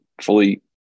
fully